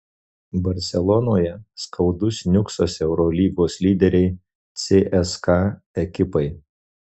barselonoje skaudus niuksas eurolygos lyderei cska ekipai